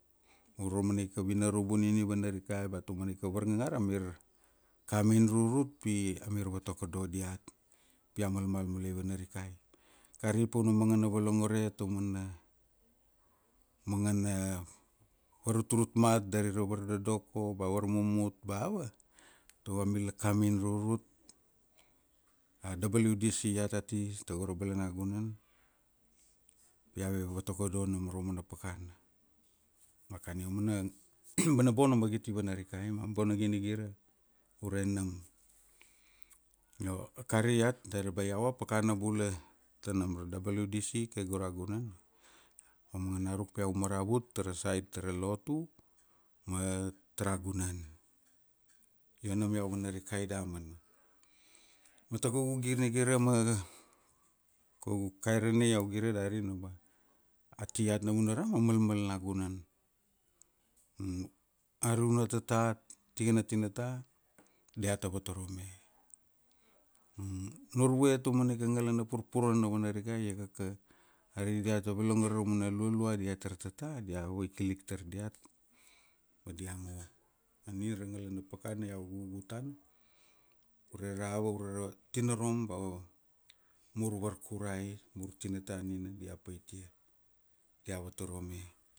Uro amanaika vinarubu nina i vanarikai ba taumanaika varngangar amir kam in rurut pi amir vatokodo diat, pi a malmal mule i vana rikai. Kari pa u na mangana volongore taumana mangana varutrut mat da ri ra vardodoko ba varmumut ba ava, tago amir la kam in rurut, a WDC iat ati togo ra balanagunan, dia ga vatokodo nam ra umana pakana. Ma kani aumana mana bona magit ivanarikai ma bona ginigira ure nam. Io akari iat dari ba iau apakana bula ta nam ra WDC kai go ra gunan, iau mangana ruk pi iau maravut tara sait tara lotu ma tara gunan. Io nam iau vanarikai damana, ma takaugu ginigira ma kaugu kakairanai iau gire darina ba ati iat navunaram a malmal na gunan. Ari una tata tikana tinata diata votorome, nurvue taumanaika ngalana purpuruan navanarikai iakaka ari, diata volongore raumana lualua diatar tata dia vaikilik tar diat, ma dia ma ni ra ngala na pakana iau gugu tana, ure ra ava ure ra tinarom ba mur varkurai, mur tinata nina dia paitia, dia votorome.